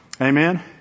Amen